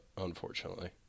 unfortunately